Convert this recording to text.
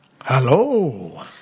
Hello